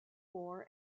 war